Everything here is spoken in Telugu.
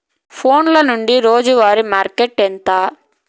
ఫోన్ల నుండి రోజు వారి మార్కెట్ రేటు ఎంత?